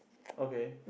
okay